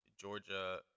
georgia